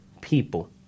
people